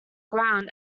ground